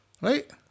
Right